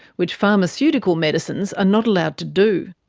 which pharmaceutical medicines are not allowed to do.